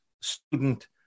student